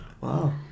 Wow